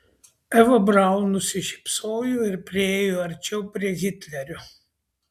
eva braun nusišypsojo ir priėjo arčiau prie hitlerio